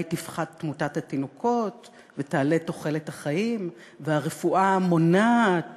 תפחת תמותת התינוקות ותעלה תוחלת החיים והרפואה המונעת